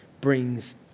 brings